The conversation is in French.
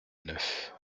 neuf